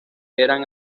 eran